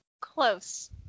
Close